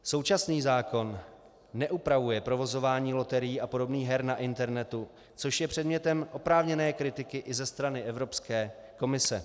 Současný zákon neupravuje provozování loterií a podobných her na internetu, což je předmětem oprávněné kritiky i ze strany Evropské komise.